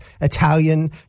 Italian